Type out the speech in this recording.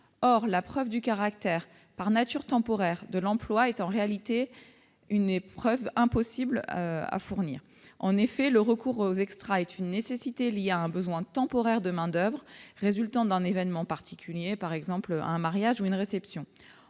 Or la preuve du caractère par nature temporaire de l'emploi est en réalité impossible à fournir. En effet, le recours aux extras est une nécessité liée à un besoin temporaire de main-d'oeuvre résultant d'un événement particulier, par exemple une réception